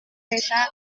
байлаа